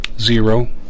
Zero